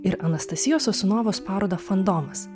ir anastasijos sosunovos parodą fandomas